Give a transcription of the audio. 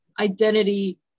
identity